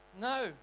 No